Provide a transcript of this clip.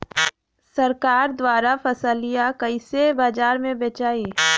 सरकार द्वारा फसलिया कईसे बाजार में बेचाई?